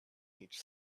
each